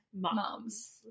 moms